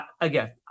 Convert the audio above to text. Again